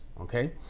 okay